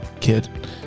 Kid